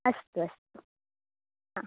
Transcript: अस्तु अस्तु हा